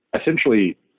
Essentially